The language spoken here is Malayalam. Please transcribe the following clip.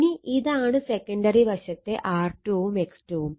ഇനി ഇതാണ് സെക്കണ്ടറി വശത്തെ R2 ഉം X2 ഉം